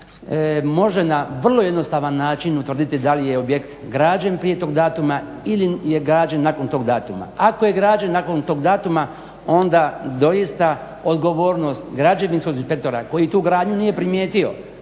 može na vrlo jednostavan način utvrditi da li je objekt građen prije tog datuma ili je građen nakon tog datuma. Ako je građen nakon tog datuma onda doista odgovornost građevinskog inspektora koji tu gradnju nije primijetio,